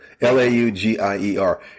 L-A-U-G-I-E-R